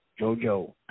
Jojo